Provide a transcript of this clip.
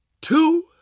two